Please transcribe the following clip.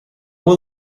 will